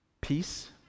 peace